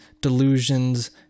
delusions